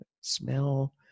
smell